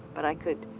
but i could